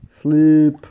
sleep